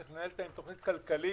צריך לנהל אותה עם תוכנית כלכלית.